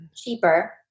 cheaper